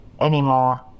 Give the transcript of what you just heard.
anymore